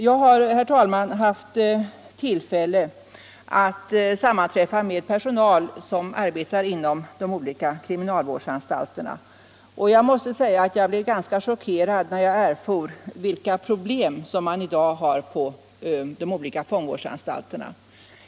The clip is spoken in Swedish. Jag har, herr talman, haft tillfälle att sammanträffa med personal som arbetar inom de olika kriminalvårdsanstalterna, och jag måste säga att jag blev ganska chockerad när jag erfor vilka problem som man i dag har på de olika fångvårdsanstalterna.